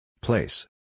Place